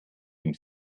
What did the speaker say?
den